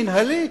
מינהלי,